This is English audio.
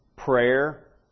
prayer